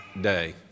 day